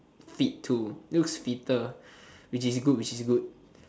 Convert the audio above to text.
fit too he looks fitter which is good which is good